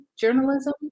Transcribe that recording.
journalism